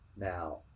Now